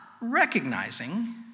recognizing